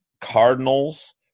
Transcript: Cardinals